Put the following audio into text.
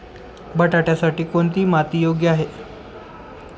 बटाट्यासाठी कोणती माती योग्य आहे?